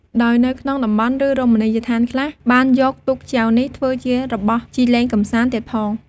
ដោយនៅក្នុងតំបន់ ឬរមណីយដ្ឋានខ្លះ បានយកទូកចែវនេះធ្វើជារបស់ជិះលេងកំសាន្ដទៀតផង។